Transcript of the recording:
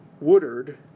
Woodard